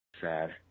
sad